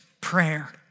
prayer